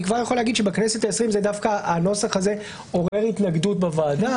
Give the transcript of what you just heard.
אני כבר יכול להגיד שבכנסת העשרים דווקא הנוסח הזה עורר התנגדות בוועדה,